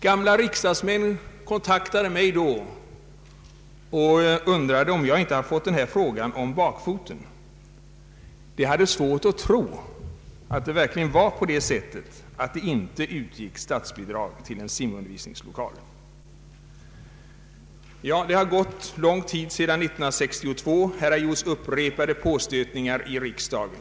Gamla riksdagsmän kontaktade mig då och undrade om jag inte hade fått den här frågan om bakfoten. De hade svårt att tro att det verkligen var på det sättet att det inte utgick statsbidrag till en simundervisningslokal. Det har gått lång tid sedan 1962. Här har gjorts upprepade påstötningar i riksdagen.